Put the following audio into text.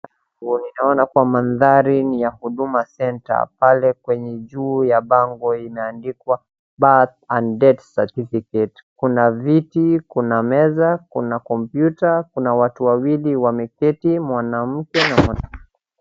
Kunaonekana kuwa mandhari ni ya Huduma Center. Pale kwenye juu ya bango imeandikwa birth and death certificate .Kuna viti, kuna meza, kuna kompyuta, kuna watu wa wawili wameketi mwanamke na mwanaume.